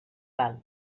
val